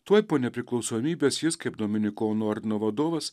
tuoj po nepriklausomybės jis kaip dominikonų ordino vadovas